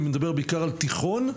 אני מדבר בעיקר על תיכון,